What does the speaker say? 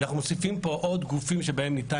אנחנו מוסיפים פה עוד גופים שבהם ניתן